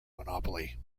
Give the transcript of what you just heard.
monopoly